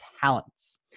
talents